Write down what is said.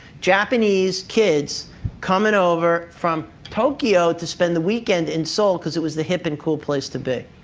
japanese kids coming over from tokyo to spend the weekend in seoul because it was the hip and cool place to be.